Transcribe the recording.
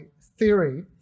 theory